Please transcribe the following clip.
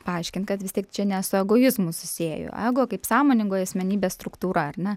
paaiškint kad vis tiek čia ne su egoizmu susieju ego kaip sąmoningoji asmenybės struktūra ar ne